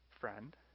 friend